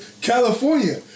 California